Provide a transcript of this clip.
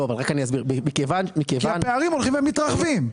כי הפערים הולכים ומתרחבים.